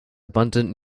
abundant